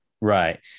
right